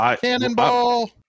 cannonball